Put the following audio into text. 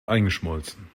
eingeschmolzen